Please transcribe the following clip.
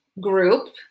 group